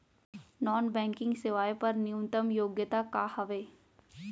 Non banking सेवाएं बर न्यूनतम योग्यता का हावे?